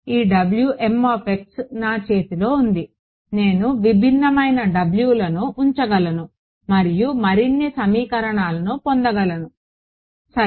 ఈ నా చేతిలో ఉంది నేను విభిన్నమైన wలను ఉంచగలను మరియు మరిన్ని సమీకరణాలను పొందగలను సరే